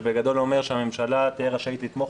שבגדול אומר שהממשלה תהיה רשאית לתמוך